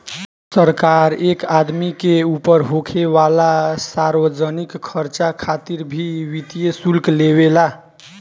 सरकार एक आदमी के ऊपर होखे वाला सार्वजनिक खर्चा खातिर भी वित्तीय शुल्क लेवे ला